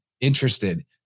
interested